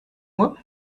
moi